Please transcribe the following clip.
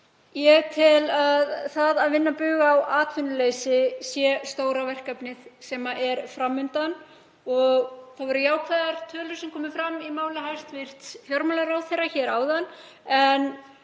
Ég tel að það að vinna bug á atvinnuleysi sé stóra verkefnið sem er fram undan. Það voru jákvæðar tölur sem komu fram í máli hæstv. fjármálaráðherra hér áðan